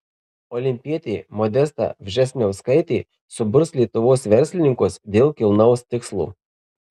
olimpietė modesta vžesniauskaitė suburs lietuvos verslininkus dėl kilnaus tikslo